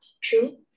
true